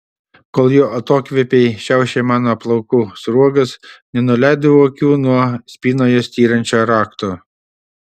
kol jo atokvėpiai šiaušė mano plaukų sruogas nenuleidau akių nuo spynoje styrančio rakto